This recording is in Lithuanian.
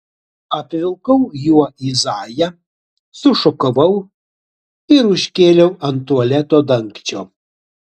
apvilkau juo izaiją sušukavau ir užkėliau ant tualeto dangčio